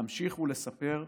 להמשיך ולספר,